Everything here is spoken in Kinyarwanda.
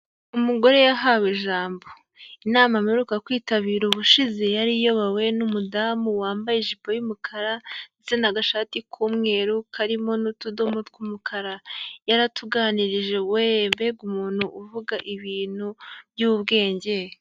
Umugore yahawe ijambo. Inama mperuka kwitabira ubushize, yari iyobowe n'umudamu wambaye ijipo y'umukara ndetse n'agashati k'umweru karimo n'utudomo tw'umukara, yaratuganirije weee!! Mbega umuntu uvuga ibintu by'ubwenge.